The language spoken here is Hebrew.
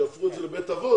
שיהפכו את זה לבית אבות,